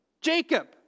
Jacob